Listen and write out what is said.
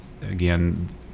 again